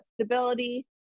stability